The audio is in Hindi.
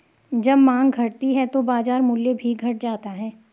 जब माँग घटती है तो बाजार मूल्य भी घट जाता है